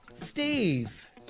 Steve